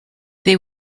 they